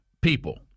people